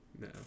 No